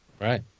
Right